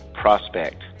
prospect